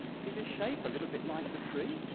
see this shape? a little bit like the tree.